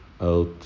out